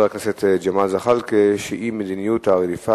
של חבר הכנסת ג'מאל זחאלקה: מדיניות הרדיפה